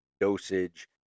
dosage